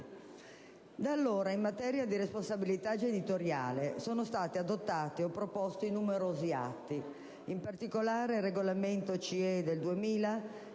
Da allora, in materia di responsabilità genitoriale, sono stati adottati o proposti numerosi atti, in particolare il regolamento (CE) n.